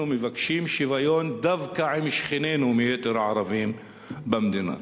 מבקשים שוויון דווקא עם שכנינו מיתר הערבים במדינה.